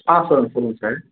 ஆ சொல்லுங்கள் சொல்லுங்கள் சார்